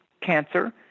Cancer